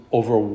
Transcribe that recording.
over